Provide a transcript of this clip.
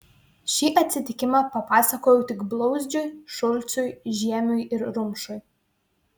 šį atsitikimą papasakojau tik blauzdžiui šulcui žiemiui ir rumšui